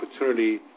opportunity